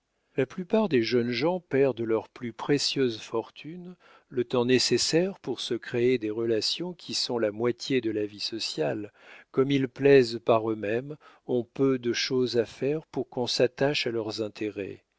la plupart des jeunes gens perdent leur plus précieuse fortune le temps nécessaire pour se créer des relations qui sont la moitié de la vie sociale comme ils plaisent par eux-mêmes ils ont peu de choses à faire pour qu'on s'attache à leurs intérêts